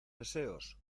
deseos